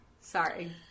Sorry